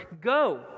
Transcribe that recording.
Go